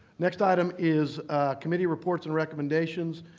next item is committee reports and recommendations.